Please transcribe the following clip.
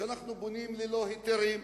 שאנחנו בונים ללא היתרים,